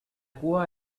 cua